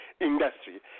industry